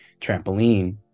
trampoline